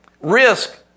risk